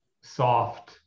soft